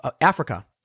Africa